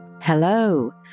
Hello